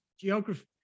geography